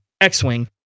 X-Wing